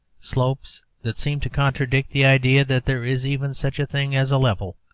slopes that seem to contradict the idea that there is even such a thing as a level,